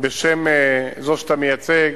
בשם זו שאתה מייצג: